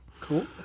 Cool